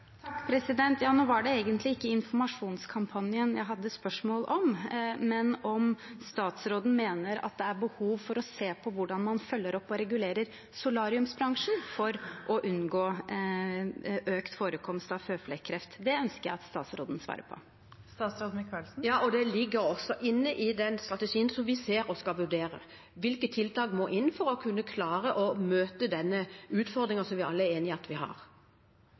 Nå var det egentlig ikke informasjonskampanjen jeg hadde spørsmål om, men om statsråden mener at det er behov for å se på hvordan man følger opp og regulerer solariebransjen for å unngå økt forekomst av føflekkreft. Det ønsker jeg at statsråden svarer på. Ja, og det ligger også inne i den strategien som vi ser på og skal vurdere: Hvilke tiltak må inn for å kunne klare å møte denne utfordringen som vi alle er enig i at vi har?